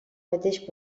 mateix